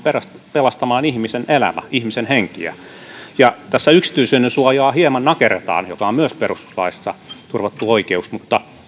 pelastamaan ihmisen elämä ihmisen henki tässä hieman nakerretaan yksityisyydensuojaa joka on myös perustuslaissa turvattu oikeus mutta